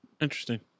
Interesting